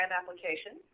application